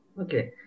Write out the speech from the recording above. Okay